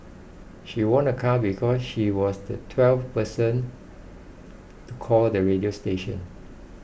she won a car because she was the twelfth person to call the radio station